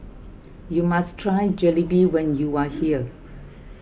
you must try Jalebi when you are here